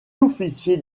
officier